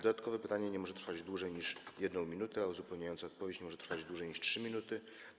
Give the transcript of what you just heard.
Dodatkowe pytanie nie może trwać dłużej niż 1 minutę, a uzupełniająca odpowiedź nie może trwać dłużej niż 3 minuty.